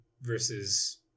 versus